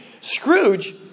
Scrooge